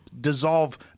dissolve